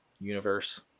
universe